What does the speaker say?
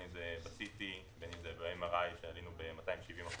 בין אם זה ב-CT או ב-MRI שעלינו ב-270%